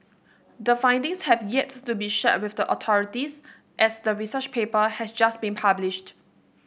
the findings have yet to be shared with the authorities as the research paper has just been published